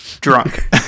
drunk